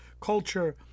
culture